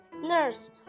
nurse